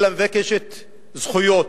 אלא היא מבקשת זכויות,